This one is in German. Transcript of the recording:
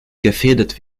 gefährdet